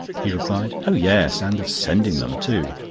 he replied oh yes, and of sending them, too.